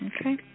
Okay